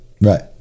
right